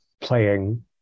playing